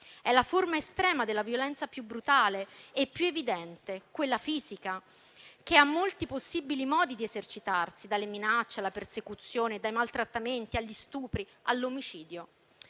È la forma estrema della violenza più brutale. È più evidente, quella fisica, che ha molti possibili modi di esercitarsi, dalle minacce alla persecuzione e dai maltrattamenti agli stupri e all'omicidio.